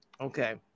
okay